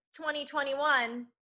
2021